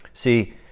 See